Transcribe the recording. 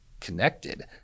connected